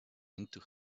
into